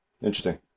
Interesting